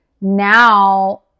now